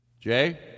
Jay